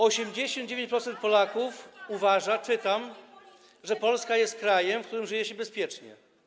89% Polaków uważa - czytam - że Polska jest krajem, w którym żyje się bezpiecznie.